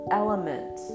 element